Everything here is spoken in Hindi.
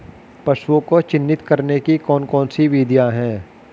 पशुओं को चिन्हित करने की कौन कौन सी विधियां हैं?